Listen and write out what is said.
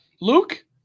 Luke